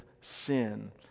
sin